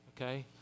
Okay